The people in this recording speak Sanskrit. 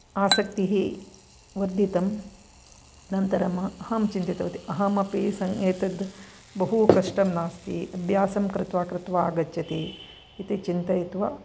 आसक्तिः वर्धितं अनन्तरम् अहं चिन्तितवती अहमपि एतद् बहु कष्टं नास्ति अभ्यासं कृत्वा कृत्वा आगच्छति इति चिन्तयित्वा